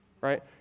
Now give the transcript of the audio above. right